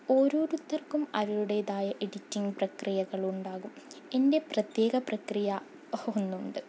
ഓരോരുത്തർക്കും അവരുടേതായ എഡിറ്റിംഗ്ങ് പ്രക്രിയകൾ ഉണ്ടാകും എൻ്റെ പ്രത്യേക പ്രക്രിയ ഒന്നുണ്ട്